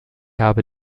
habe